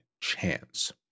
chance